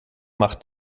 macht